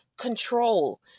control